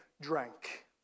drank